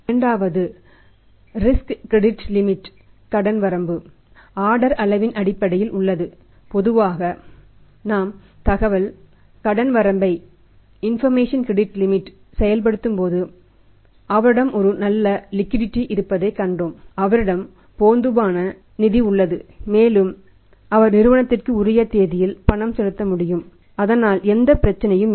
இரண்டாவது risk credit limit இருப்பதைக் கண்டோம் அவரிடம் போதுமான நிதி உள்ளது மேலும் அவர் நிறுவனத்திற்கு உரிய தேதியில் பணம் செலுத்த முடியும் அதனால் எந்த பிரச்சனையும் இல்லை